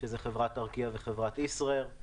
ארקיע וישראיר.